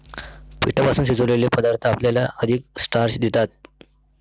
पिठापासून शिजवलेले पदार्थ आपल्याला अधिक स्टार्च देतात